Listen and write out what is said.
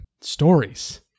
stories